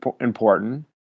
important